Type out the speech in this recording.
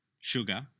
Sugar